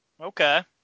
Okay